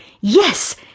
yes